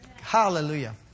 hallelujah